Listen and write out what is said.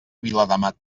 viladamat